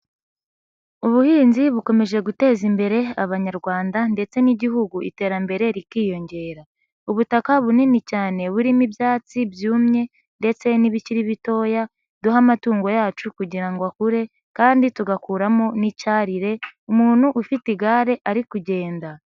Ubuhinzi bukomeje guteza imbere Abanyarwanda ndetse n'Igihugu iterambere rikiyongera. Ubutaka bunini cyane burimo ibyatsi byumye ndetse n'ibikiri bitoya duha amatungo yacu kugira ngo akure kandi tugakuramo n'icyarire, umuntu ufite igare ari kugenda.